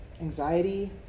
anxiety